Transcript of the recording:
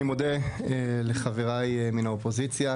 אני מודה לחבריי באופוזיציה,